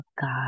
God